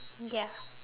ya